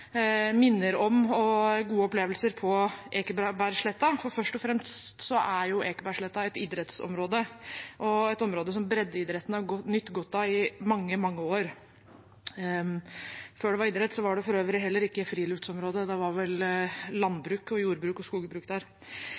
minner om og gode opplevelser på Ekebergsletta. Først og fremst er Ekebergsletta et idrettsområde og et område som breddeidretten har nytt godt av i mange, mange år. Før det var idrett, var det for øvrig heller ikke friluftslivsområde, det var vel jordbruk og skogbruk der.